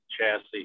chassis